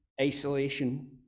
isolation